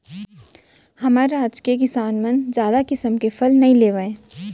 हमर राज के किसान मन जादा किसम के फसल नइ लेवय